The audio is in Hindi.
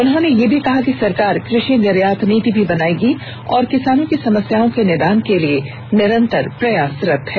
उन्होंने यह भी कहा कि सरकार कृषि निर्यात नीति भी बनाएंगी और किसानों की समस्याओं के निदान के लिए निरंतर प्रयासरत है